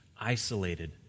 isolated